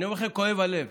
אני אומר לכם שכואב הלב.